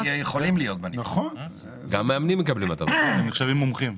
הם נחשבים מומחים.